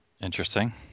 Interesting